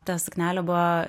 ta suknelė buvo